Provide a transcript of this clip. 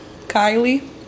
Kylie